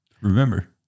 Remember